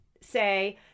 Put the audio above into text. say